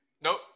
Nope